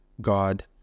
God